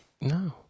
No